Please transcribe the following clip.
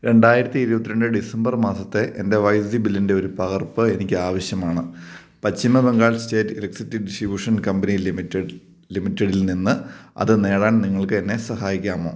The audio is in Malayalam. രണ്ടായിരത്തി ഇരുപത്തിരണ്ട് ഡിസംബർ മാസത്തെ എൻ്റെ വൈദ്യുതി ബില്ലിൻ്റെ ഒരു പകർപ്പ് എനിക്ക് ആവശ്യമാണ് പശ്ചിമ Bengal state electricity distribution company limited ലിമിറ്റഡിൽ നിന്ന് അത് നേടാൻ നിങ്ങൾക്ക് എന്നെ സഹായിക്കാമോ